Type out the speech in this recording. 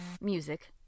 music